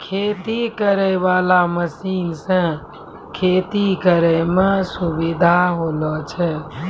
खेती करै वाला मशीन से खेती करै मे सुबिधा होलो छै